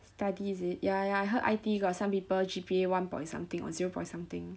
studies is it ya ya I heard I_T_E got some people G_P_A one point something or zero point something